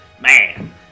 Man